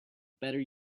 better